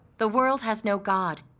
the world has no god,